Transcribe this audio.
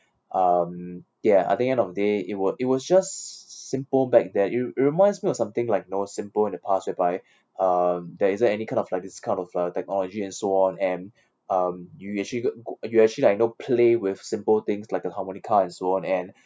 um ya I think end of the day it wa~ it was just s~ simple back there it it reminds me of something like know simple in the past whereby um there isn't any kind of this kind of uh technology and so on and um you actually g~ you actually like you know play with simple things like a harmonica and so on and